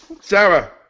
Sarah